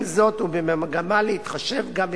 עם זאת ובמגמה להתחשב גם,